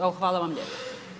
Evo, hvala vam lijepo.